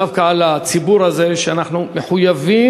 דווקא הציבור הזה, שאנחנו מחויבים